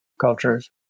cultures